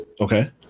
okay